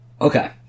Okay